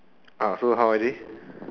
ah so how was he